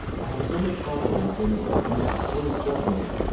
i have so much confidence in in her judgment.